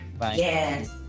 Yes